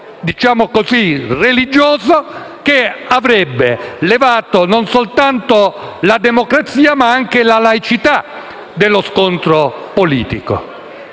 diciamo così, religioso che avrebbe eliminato non soltanto la democrazia ma anche la laicità nello scontro politico.